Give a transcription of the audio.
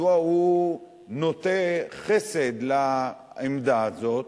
נוטה חסד לעמדה הזאת.